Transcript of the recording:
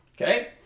Okay